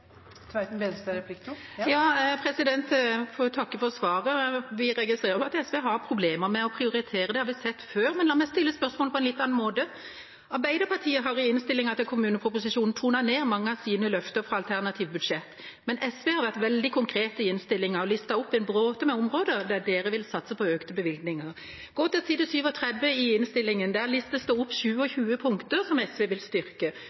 har vi sett før, men la meg stille spørsmålet på en litt annen måte: Arbeiderpartiet har i innstillingen til kommuneproposisjonen tonet ned mange av sine løfter fra alternativt budsjett, men SV har vært veldig konkret i innstillingen og listet opp en bråte med områder der de vil satse på økte bevilgninger. Gå til side 37 i innstillingen. Der listes det opp 27 punkter som SV vil styrke,